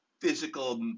physical